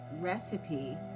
recipe